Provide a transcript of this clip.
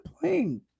playing